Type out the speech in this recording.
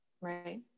Right